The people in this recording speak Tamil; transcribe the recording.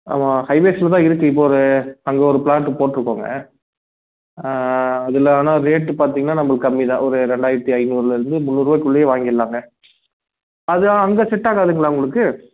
ஆமாம் ஹைவேஸில் தான் இருக்கு இப்போ ஒரு அங்கே ஒரு ப்ளாட்டு போட்டுருக்கோங்க அதில் ஆனால் ரேட்டு பார்த்தீங்கன்னா நம்மளுக்கு கம்மி தான் ஒரு ரெண்டாயிரத்தி ஐந்நூறில் இருந்து முந்நூறுருபாக்குள்ளயே வாங்கிரலாங்க அது அங்கே செட் ஆகாதுங்களா உங்களுக்கு